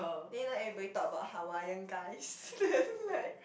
then you know everybody talk about Hawaiian guys then like